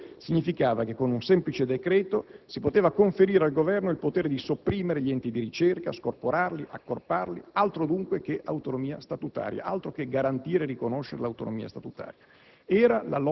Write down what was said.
Questo significava che con un semplice decreto si poteva conferire al Governo il potere di sopprimere gli enti di ricerca, scorporarli, accorparli; altro dunque che autonomia statutaria, altro che garantire e riconoscere l'autonomia statutaria!